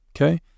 Okay